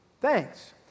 Thanks